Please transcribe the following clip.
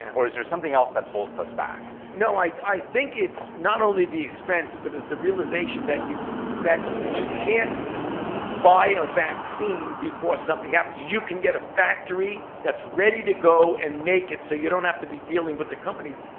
or is there something else that holds us back? no, i i think it's not only the expense, but it's the realization that you that you can't buy a vaccine before something happens. you can get a factory that's ready to go and make it so you don't have to be dealing with the companies.